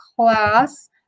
class